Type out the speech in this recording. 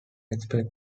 expect